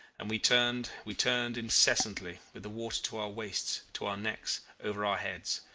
and we turned, we turned incessantly, with the water to our waists, to our necks, over our heads.